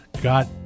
got